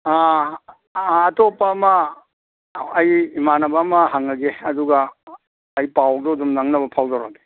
ꯑꯥ ꯑꯥ ꯑꯇꯣꯞꯄ ꯑꯃ ꯑꯩ ꯏꯃꯥꯟꯅꯕ ꯑꯃ ꯍꯪꯉꯒꯦ ꯑꯗꯨꯒ ꯑꯩ ꯄꯥꯎꯗꯨ ꯑꯗꯨꯝ ꯅꯪꯅꯕ ꯐꯥꯎꯗꯣꯔꯛꯑꯒꯦ